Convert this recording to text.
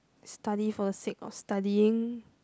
study for the sake of studying